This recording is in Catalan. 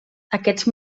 aquests